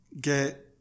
get